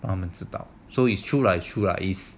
让他们知道 so it is true lah true lah